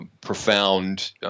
profound